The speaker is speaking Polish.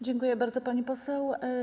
Dziękuję bardzo, pani poseł.